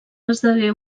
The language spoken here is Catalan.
esdevé